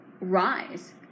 rise